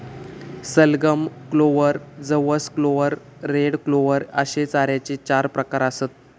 सलगम, क्लोव्हर, जवस clover, red clover अश्ये चाऱ्याचे चार प्रकार आसत